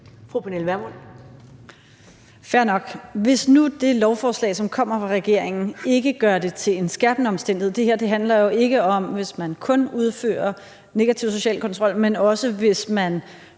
Fru Pernille Vermund.